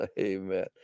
amen